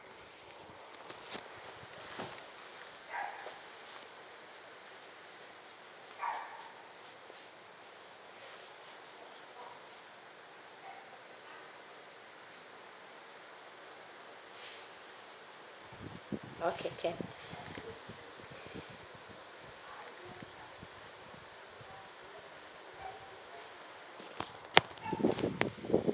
okay can